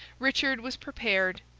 richard was prepared,